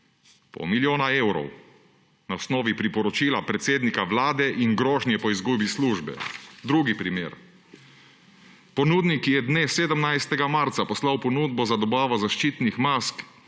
Pol milijona evrov na osnovi priporočila predsednika Vlade in grožnje po izgubi službe! Drugi primer, ponudnik je dne 17. marca poslal ponudbo za dobavo zaščitnih mask